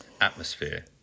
atmosphere